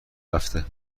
رفته